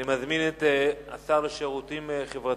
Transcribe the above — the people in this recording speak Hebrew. אני מזמין את השר לשירותים חברתיים,